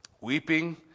Weeping